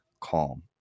calm